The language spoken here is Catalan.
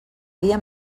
dia